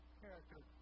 character